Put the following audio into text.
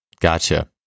Gotcha